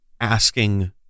asking